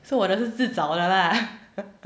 so 我的是自找的啦